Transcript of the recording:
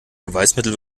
beweismittel